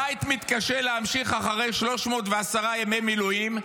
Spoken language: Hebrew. הבית מתקשה להמשיך אחרי 310 ימי מילואים,